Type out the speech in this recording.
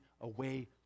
away